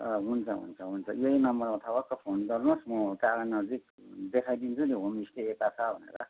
हुन्छ हुन्छ हुन्छ यही नम्बरमा थपक्क फोन गर्नुहोस् म टाढा नजिक देखाइदिन्छु नि होमस्टे यता छ भनेर